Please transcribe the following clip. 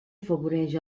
afavoreix